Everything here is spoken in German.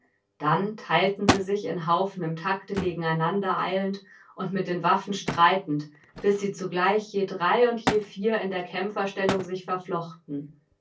dann teilten sie sich in haufen im takte gegeneinander eilend und mit den waffen streitend bis sie zugleich je drei und je vier in der kämpferstellung sich verflochten